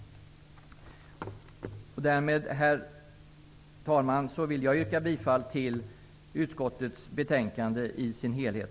Herr talman! Med det anförda vill jag yrka bifall till utskottets hemställan i sin helhet.